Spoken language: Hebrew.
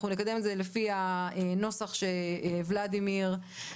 נקדם את זה לפי הנוסח שוולדימיר בליאק,